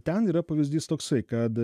ten yra pavyzdys toksai kad